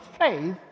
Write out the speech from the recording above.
faith